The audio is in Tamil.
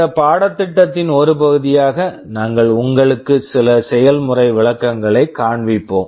இந்த பாடத்திட்டத்தின் ஒரு பகுதியாக நாங்கள் உங்களுக்கு சில செயல்முறை விளக்கங் களைக் காண்பிப்போம்